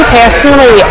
personally